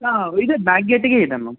ಹಾಂ ಇದೆ ಬ್ಯಾಕ್ ಗೇಟಿಗೇ ಇದೆ ಮ್ಯಾಮ್